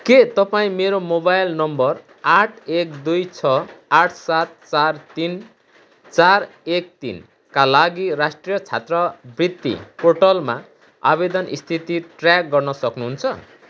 के तपाईँँ मेरो मोबाइल नम्बर आठ एक दुई छ आठ सात चार तिन चार एक तिन का लागि राष्ट्रिय छात्रवृत्ति पोर्टलमा आवेदन स्थिति ट्र्याक गर्न सक्नुहुन्छ